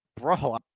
Bro